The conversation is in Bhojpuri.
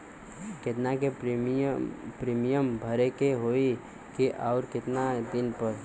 केतना के प्रीमियम भरे के होई और आऊर केतना दिन पर?